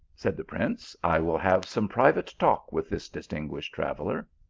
said the prince, i will have some private talk with this distinguished traveller.